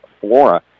Flora